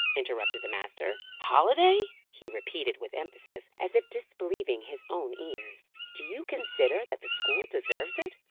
interrupted the master. holiday! he repeated, with emphasis, as if disbelieving his own ears. do you consider that the school deserves it?